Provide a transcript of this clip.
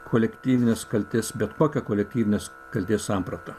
kolektyvinės kaltės bet kokią kolektyvinės kaltės sampratą